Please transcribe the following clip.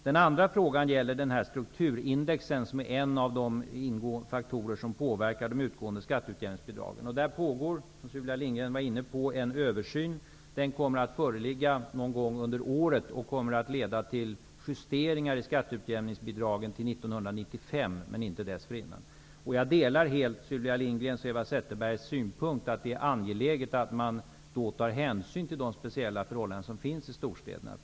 Den andra frågan gäller strukturindexen, som är en av de ingående faktorer som påverkar de utgående skatteutjämningsbidragen. Där pågår, som Sylvia Lindgren också nämner, en översyn. Den kommer att föreligga någon gång under året och kommer att leda till justeringar i skatteutjämningsbidragen för 1995, men inte dessförinnan. Jag delar helt Sylvia Lindgrens och Eva Zetterbergs syn att det är angeläget att man då tar hänsyn till de speciella förhållanden som finns i storstäderna.